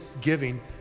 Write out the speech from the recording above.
giving